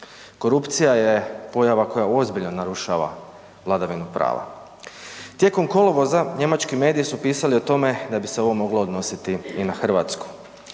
Korupcija je pojava koja ozbiljno narušava vladavinu prava. Tijekom kolovoza njemački mediji su pisali o tome da bi se ovo moglo odnositi i na Hrvatsku.